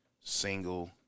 single